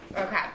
Okay